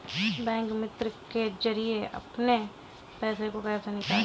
Bank मित्र के जरिए अपने पैसे को कैसे निकालें?